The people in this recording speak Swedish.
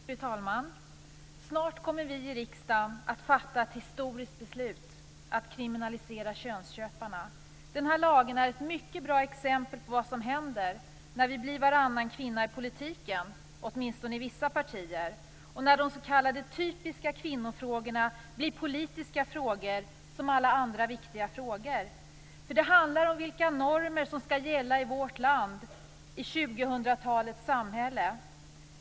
Fru talman! Snart kommer vi i riksdagen att fatta ett historiskt beslut om att kriminalisera könsköparna. Den här lagen är ett mycket bra exempel på vad som händer när det blir varannan kvinna i politiken - åtminstone i vissa partier - och när de s.k. typiska kvinnofrågorna blir politiska frågor på samma sätt som andra viktiga frågor. Det handlar om vilka normer som skall gälla i vårt land i 2000-talets samhälle.